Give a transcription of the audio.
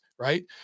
right